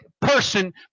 person